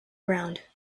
ground